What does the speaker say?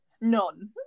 None